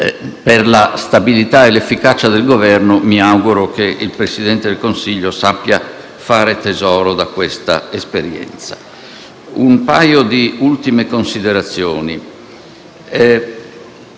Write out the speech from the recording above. per la stabilità e l'efficacia del Governo mi auguro che il Presidente del Consiglio sappia fare tesoro di questa esperienza. Aggiungo un paio di ultime considerazioni: